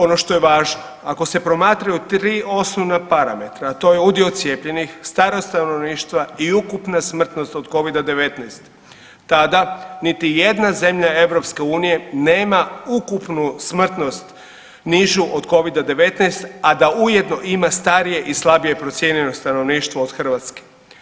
Ono što je važno ako se promatraju tri osnovna parametra, a to je udio cijepljenih, starost stanovništva i ukupna smrtnost od covida-19 tada niti jedna zemlja EU nema ukupnu smrtnost nižu od covida-19 a da ujedno ima starije i slabije procijenjeno stanovništvo od Hrvatske.